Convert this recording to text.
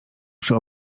przy